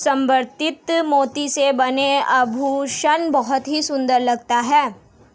संवर्धित मोती से बने आभूषण बहुत ही सुंदर लगते हैं